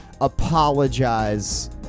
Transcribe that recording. apologize